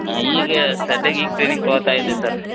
ಹಾಂ ಈಗ ಸದ್ಯಕ್ಕೆ ಈಗ ಟ್ರೈನಿಂಗ್ ತಗೋತ ಇದ್ದೆ ಸರ್